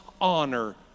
honor